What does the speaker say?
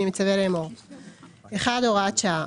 אני מצווה לאמור: 1. הוראת שעה.